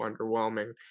underwhelming